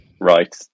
right